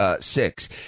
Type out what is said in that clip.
Six